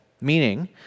meaning